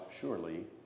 surely